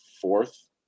fourth